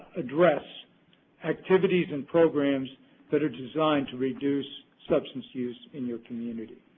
address activities and programs that are designed to reduce substance use in your community.